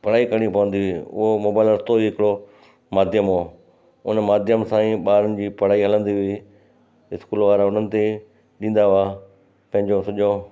पढ़ाई करणी पवंदी हुई उहो मोबाइल रस्तो ई हिकिड़ो हुओ माध्यम हुओ उन माध्यम सां ई ॿारनि जी पढ़ाई हलंदी हुई स्कूल वारा उन्हनि ते ॾींदा हुआ पंहिंजो सॼो